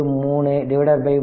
923 3